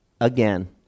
again